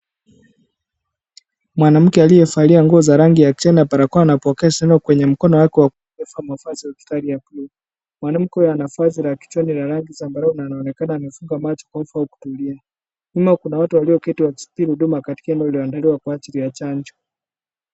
Mwanamke aliye valia nguo za njano na barakoa anapokea simu kwenye mkono wake wakulia. Mwanamke huyo ana vazi la kichwani la zambarau, na anaonekana kufunga macho na kutulia. Na watu walio kati ndani wanasubiri huduma kwa ajili ya chanjo.